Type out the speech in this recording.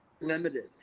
limited